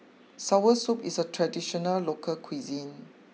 Sour Soup is a traditional local cuisine